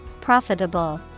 Profitable